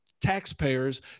taxpayers